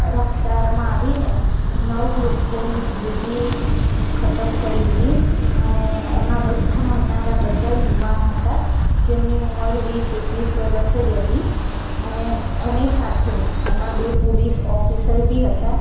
રફતારમાં આવીને નવ લોકોને જિંદગી ખતમ કરી દીધી અને એમાં બધા મરનારાં બધાં યુવાન હતા જેમની ઉંમર વીસ એકવીસ વર્ષ જ હતી અને એની સાથે એમાં બે પોલીસ ઑફિસર બી હતા